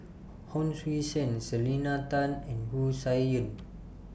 Hon Sui Sen Selena Tan and Wu Tsai Yen